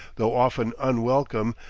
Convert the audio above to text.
though often unwelcome,